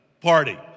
party